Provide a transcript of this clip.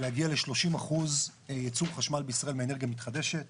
להגיע ל-30% ייצור חשמל בישראל מאנרגיה מתחדשת.